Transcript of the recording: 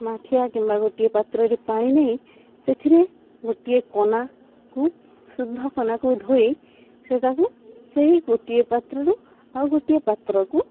ମାଠିଆ କିମ୍ବା ଗୋଟିଏ ପାତ୍ରରେ ପାଣି ନେଇ ସେଥିରେ ଗୋଟିଏ କନାକୁ ଶୁଦ୍ଧ କନାକୁ ଧୋଇ ସେ ତାକୁ ସେଇ ଗୋଟିଏ ପାତ୍ରରୁ ଆଉ ଗୋଟିଏ ପାତ୍ରକୁ